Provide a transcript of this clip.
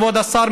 כבוד השר,